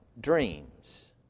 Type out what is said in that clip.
dreams